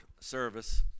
service